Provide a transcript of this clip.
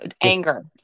Anger